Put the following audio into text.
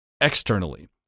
externally